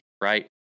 right